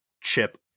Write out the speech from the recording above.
chip